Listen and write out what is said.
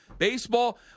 baseball